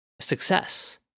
success